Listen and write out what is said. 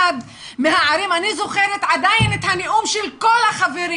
אני זוכרת עדיין את הנאום של כל החברים